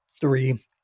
Three